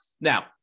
Now